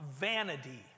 Vanity